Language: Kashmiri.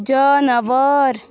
جاناوار